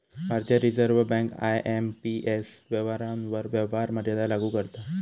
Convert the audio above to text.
भारतीय Reserve Bank IMPS व्यवहारांवर व्यवहार मर्यादा लागू करता